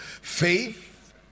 faith